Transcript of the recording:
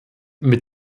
mit